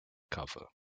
cover